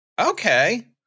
Okay